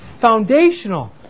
foundational